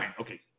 Okay